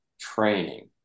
training